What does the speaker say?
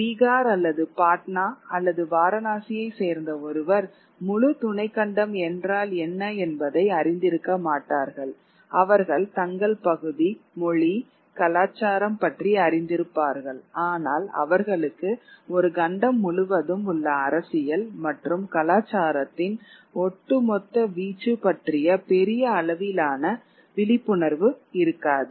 பீகார் அல்லது பாட்னா அல்லது வாரணாசியைச் சேர்ந்த ஒருவர் முழு துணைக் கண்டம் என்றால் என்ன என்பதை அறிந்திருக்க மாட்டார்கள் அவர்கள் தங்கள் பகுதி மொழி கலாச்சாரம் பற்றி அறிந்திருப்பார்கள் ஆனால்அவர்களுக்கு ஒரு கண்டம் முழுவதும் உள்ள அரசியல் மற்றும் கலாச்சாரத்தின் ஒட்டுமொத்த வீச்சு பற்றிய பெரிய அளவிலான விழிப்புணர்வு இருக்காது